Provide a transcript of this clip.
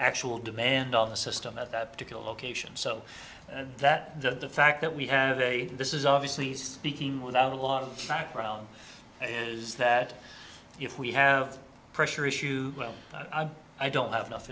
actual demand on the system at that particular location so that the fact that we have a this is obviously sticking without a lot of background is that if we have pressure issue well i don't have enough